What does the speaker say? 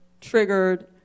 triggered